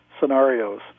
scenarios